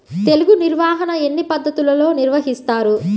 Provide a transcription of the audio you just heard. తెగులు నిర్వాహణ ఎన్ని పద్ధతులలో నిర్వహిస్తారు?